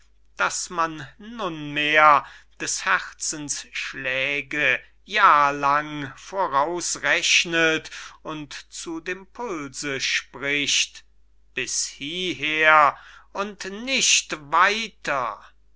daß man nunmehr des herzens schläge jahr lang vorausrechnet und zu dem pulse spricht bis hieher und nicht weiter